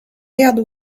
jadł